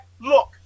look